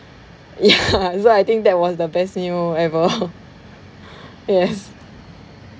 ya so I think that was the best meal ever yes